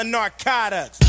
narcotics